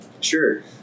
Sure